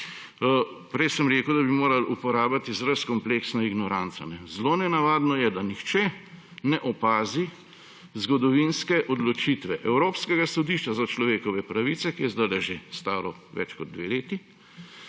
Prej sem rekel, da bi moral uporabiti izraz kompleksna ignoranca. Zelo nenavadno je, da nihče ne opazi zgodovinske odločitve Evropskega sodišča za človekove pravice, ki je zdajle že staro več kot dve leti,